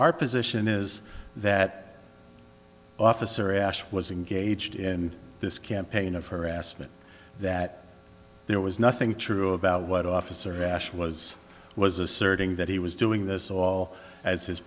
our position is that officer ash was engaged in this campaign of harassment that there was nothing true about what officer ashe was was asserting that he was doing this all as his